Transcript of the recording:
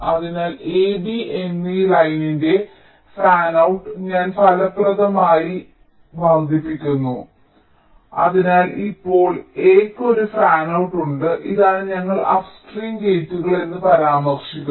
അതിനാൽ A B എന്നീ ലൈനിന്റെ ഫാനൌട്ട് ഞാൻ ഫലപ്രദമായി വർദ്ധിപ്പിക്കുന്നു അതിനാൽ ഇപ്പോൾ എയ്ക്ക് ഒരു ഫാനൌട്ട് ഉണ്ട് ഇതാണ് ഞങ്ങൾ അപ്സ്ട്രീം ഗേറ്റുകൾ എന്ന് പരാമർശിക്കുന്നത്